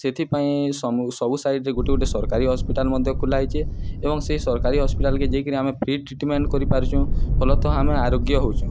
ସେଥିପାଇଁ ସବୁ ସାଇଡ଼ରେ ଗୋଟେ ଗୋଟେ ସରକାରୀ ହସ୍ପିଟାଲ ମଧ୍ୟ ଖୋଲା ହେଇଚେ ଏବଂ ସେଇ ସରକାରୀ ହସ୍ପିଟାଲକେ ଯାଇକିରି ଆମେ ଫ୍ରି ଟ୍ରିଟମେଣ୍ଟ କରିପାରୁଚୁଁ ଫଳତଃ ଆମେ ଆରୋଗ୍ୟ ହଉଛୁ